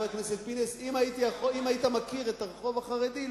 אם היית מכיר את הרחוב החרדי,